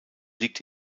liegt